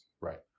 Right